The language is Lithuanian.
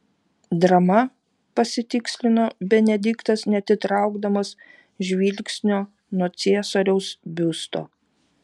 drama pasitikslino benediktas neatitraukdamas žvilgsnio nuo ciesoriaus biusto